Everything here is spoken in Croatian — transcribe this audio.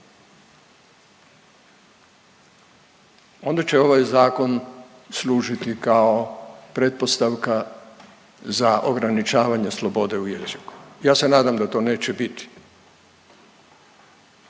onda će ovaj zakon služiti kao pretpostavka za ograničavanje slobode u jeziku. Ja se nadam da to neće biti.